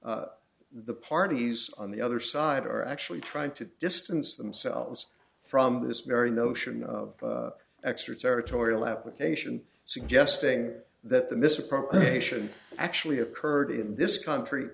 court the parties on the other side are actually trying to distance themselves from this very notion of extraterritorial application suggesting that the misappropriation actually occurred in this country